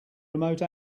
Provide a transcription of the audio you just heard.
remote